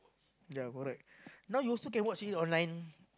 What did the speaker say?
yea correct now you also can watch it online